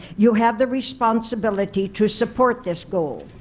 you have the responsibility to support this goal.